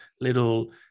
little